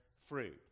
fruit